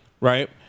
right